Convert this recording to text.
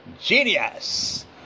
Genius